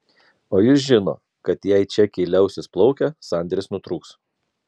o jis žino kad jei čekiai liausis plaukę sandėris nutrūks